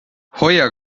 hoia